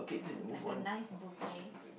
like a nice buffet